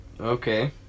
Okay